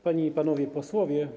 Panie i Panowie Posłowie!